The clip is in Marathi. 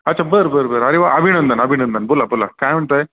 अच्छा बरं बरं बर वा अभिनंदन अभिनंदन बोला बोला काय म्हणता